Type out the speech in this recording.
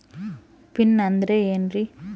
Pin ಅಂದ್ರೆ ಏನ್ರಿ?